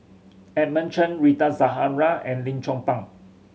Edmund Chen Rita Zahara and Lim Chong Pang